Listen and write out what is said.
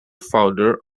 founder